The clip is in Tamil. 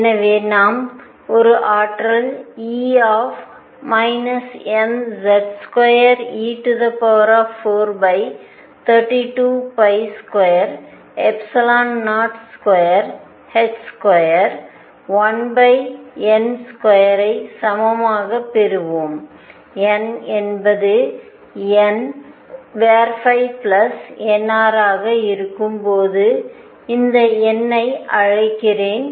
எனவே நாம் ஒரு ஆற்றல் E mZ2e43220 221 n2 ஐ சமமான பெறுகிறோம் n என்பது nnr ஆக இருக்கும் போது இந்த n ஐ அழைக்கிறேன்